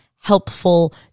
helpful